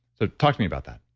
so talk to me about that